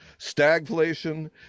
stagflation